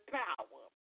power